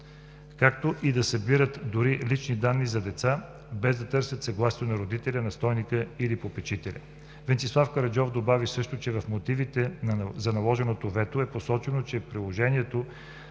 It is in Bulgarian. както и да събират дори лични данни за деца, без да търсят съгласието на родителя, настойника или попечителя. Венцислав Караджов добави също, че в мотивите за наложеното вето е посочено, че приложението